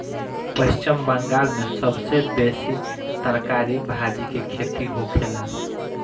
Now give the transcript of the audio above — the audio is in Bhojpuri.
पश्चिम बंगाल में सबसे बेसी तरकारी भाजी के खेती होखेला